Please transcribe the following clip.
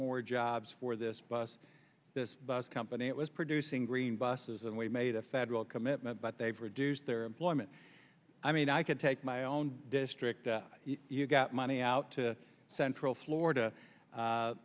more jobs for this bus this bus company that was producing green buses and we made a federal commitment but they've reduced their employment i mean i could take my own district you got money out to central